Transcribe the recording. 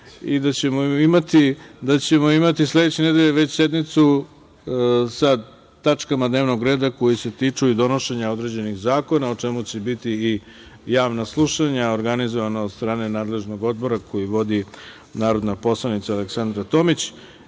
Imaćemo sledeće nedelje već sednicu sa tačkama dnevnog reda koje se tiču donošenja određenih zakona o čemu će biti i javna slušanja organizovana od strane nadležnog odbora koji vodi narodna poslanica Aleksandra Tomić.